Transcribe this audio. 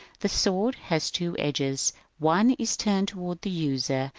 the sword has two edges one is turned toward the user,